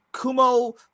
Kumo